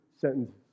sentences